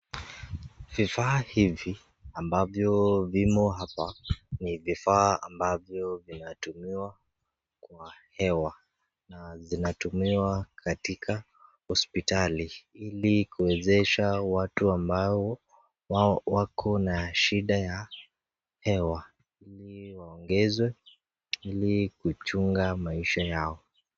Vifaa hivi ambavyo vimo hapa ni vifaa ambavyo vinatumiwa kwa hewa na zinatumiwa katika hospitali ili kuwezesha watu ambao wako na shida ya hewa ili waongezwe ili kuchunga maisha yao.